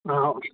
ہاں ہاں